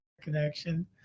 connection